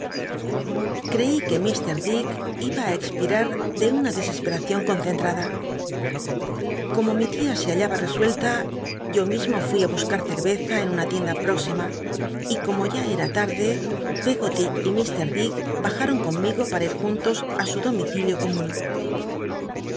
crei que k dick iba ú expirar de una descsperaeion concentrada como mi tia se hallaba resuelta yo mismo fui í buscar cerreza en una tienda j i'óxima y como ya era tarde pcggoly y mr dick bajaj'oll conmigo pam ir juntos á su domicilio